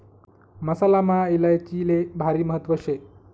मसालामा इलायचीले भारी महत्त्व शे